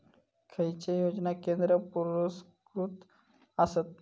खैचे योजना केंद्र पुरस्कृत आसत?